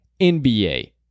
NBA